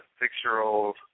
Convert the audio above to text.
six-year-old